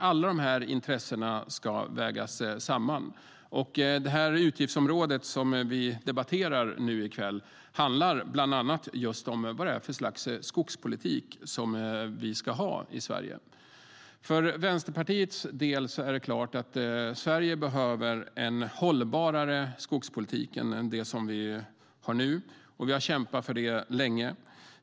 Alla dessa intressen ska vägas samman, och det utgiftsområde vi debatterar i kväll handlar bland annat om vad det är för slags skogspolitik vi ska ha i Sverige. För Vänsterpartiets del är det tydligt att Sverige behöver en hållbarare skogspolitik än den vi har nu, och vi har kämpat för det länge.